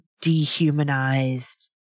dehumanized